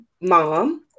mom